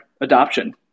adoption